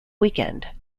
weekend